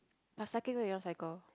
but cycling where you want cycle